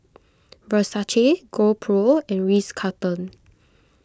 Versace GoPro and Ritz Carlton